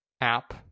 app